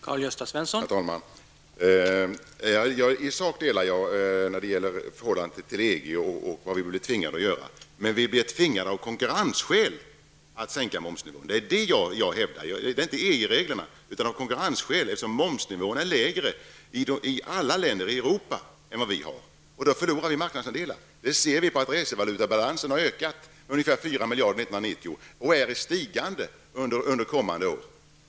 Herr talman! Jag delar i sak statsrådets uppfattning när det gäller Sveriges förhållande till EG. Det jag hävdar är att vi av konkurrensskäl blir tvingade att sänka momsnivån. Det är inte fråga om EG reglerna. Vi blir tvingade till detta av konkurrensskäl, eftersom momsnivåerna i alla länder i Europa är lägre än de vi har. Om nivåerna är lägre förlorar Sverige marknadsandelar. Vi kan se detta av att underskottet i resevalutabalansen har ökat med ungefär 4 miljarder kronor 1990, och den är i stigande under kommande år.